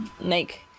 make